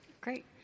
great